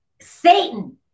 Satan